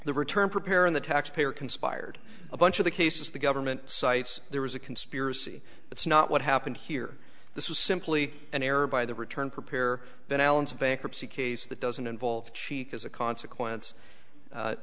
the return preparer in the taxpayer conspired a bunch of the cases the government sites there was a conspiracy that's not what happened here this was simply an error by the return prepare than allen's bankruptcy case that doesn't involve cheek as a consequence